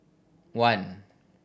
one